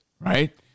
right